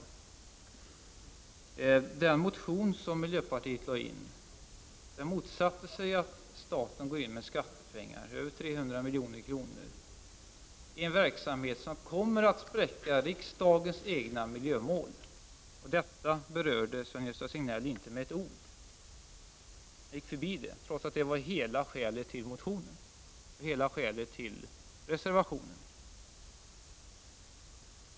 I den motion som miljöpartiet har ingett motsatte vi oss att staten går in med skattepengar, över 300 milj.kr., i en verksamhet som kommer att spräcka riksdagens egna miljömål. Detta berörde Sven-Gösta Signell inte med ett ord. Han gick förbi det, trots att det var hela skälet till motionen och reservationen.